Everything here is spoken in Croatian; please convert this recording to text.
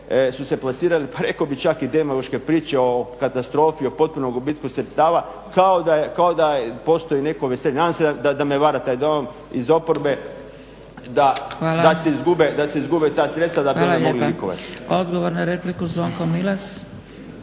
su se plasirali pa rekao bih čak i demagoške priče o katastrofi, o potpunom gubitku sredstava kao da je postoji netko, nadam se me vara taj dojam iz oporbe da se izgube ta sredstva da bi onda mogli likovati. **Zgrebec, Dragica